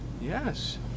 yes